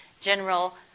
general